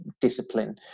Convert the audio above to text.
discipline